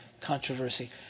controversy